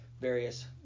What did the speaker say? various